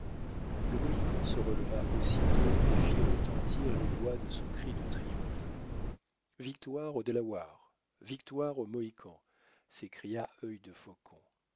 le mohican se releva aussitôt et fit retentir les bois de son cri de triomphe victoire aux delawares victoire aux mohicans s'écria œil de faucon